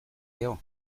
gero